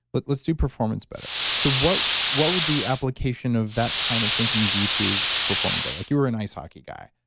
but let's do performance better. so what what would the application of that kind of thinking be to performing better? like you were an ice hockey guy.